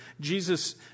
Jesus